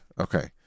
okay